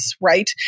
right